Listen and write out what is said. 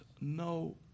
no